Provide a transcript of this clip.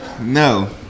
no